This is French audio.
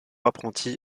apprenti